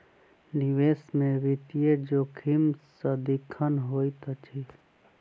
निवेश में वित्तीय जोखिम सदिखन होइत अछि